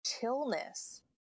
chillness